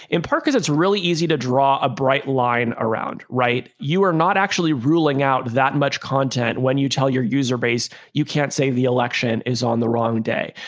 in part because it's really easy to draw a bright line around. right. you are not actually ruling out that much content when you tell your user base. you can't say the election is on the wrong day.